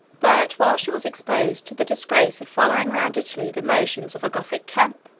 but, while she was exposed to the disgrace of following round italy the motions of a gothic camp,